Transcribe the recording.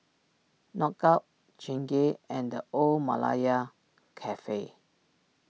Knockout Chingay and the Old Malaya Cafe